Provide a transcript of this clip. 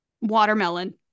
watermelon